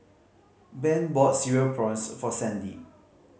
Ben bought Cereal Prawns for Sandie